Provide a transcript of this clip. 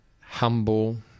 humble